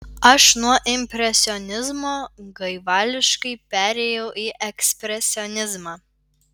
aš nuo impresionizmo gaivališkai perėjau į ekspresionizmą